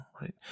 right